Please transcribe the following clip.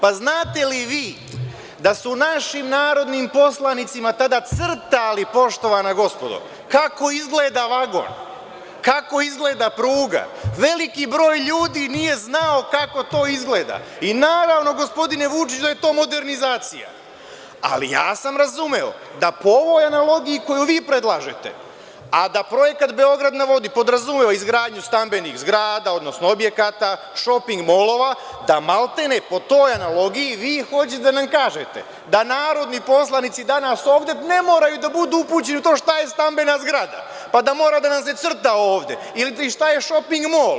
Pa znate li vi da su našim narodnim poslanicima tada crtali, poštovana gospodo, kako izgleda vagon, kako izgleda pruga, veliki broj ljudi nije znao kako to izgleda i naravno, gospodine Vučiću, da je to modernizacija, ali ja sam razumeo da po ovoj analogiji koju vi predlažete, a da projekat „Beograd na vodi“ podrazumeva izgradnju stambenih zgrada, odnosno objekata, šoping molova, da maltene po toj analogiji vi hoćete da nam kažete da narodni poslanici danas ovde ne moraju da budu upućeni u to šta je stambena zgrada, pa da mora da nam se crta ovde, ili šta je šoping mol.